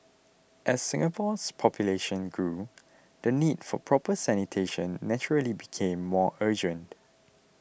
as Singapore's population grew the need for proper sanitation naturally became more urgent